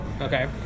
Okay